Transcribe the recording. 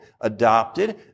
adopted